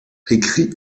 écrit